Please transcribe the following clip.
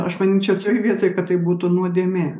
aš manyčiau toj vietoj kad tai būtų nuodėmė